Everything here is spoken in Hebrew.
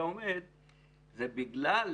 קודם כל,